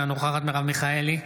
אינה נוכחת מרב מיכאלי,